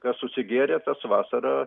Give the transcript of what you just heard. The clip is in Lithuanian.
kas susigėrė tas vasarą